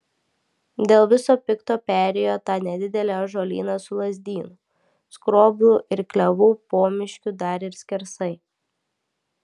dėl viso pikto perėjo tą nedidelį ąžuolyną su lazdynų skroblų ir klevų pomiškiu dar ir skersai